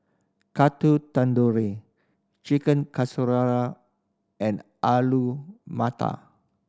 Ring Chicken and Alu Matar